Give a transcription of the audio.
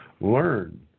learn